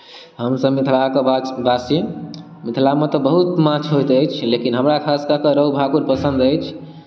हमसभ मिथिलाके भा वासी मिथिलामे तऽ बहुत माछ होइत अछि लेकिन हमरा खास कऽ के रोहू भाकुर पसन्द अछि